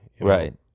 Right